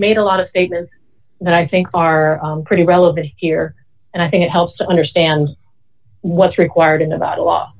made a lot of statements that i think are pretty relevant here and i think it helps to understand what's required and about a lot